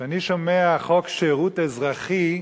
כשאני שומע חוק שירות אזרחי,